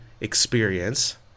experience